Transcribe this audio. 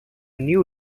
new